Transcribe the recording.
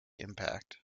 impact